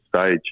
stage